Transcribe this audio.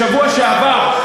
אתה אמרת פה בשבוע שעבר,